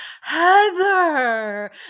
heather